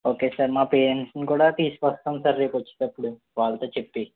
okay sir మా parents ని కూడా తీసుకొస్తాను సార్ రేపు వచ్చేనప్పుడు వాళ్ళతో చెప్పి